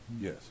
yes